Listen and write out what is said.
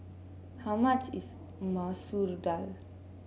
how much is Masoor Dal